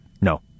No